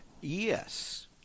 Yes